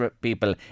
people